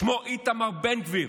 שמו איתמר בן גביר.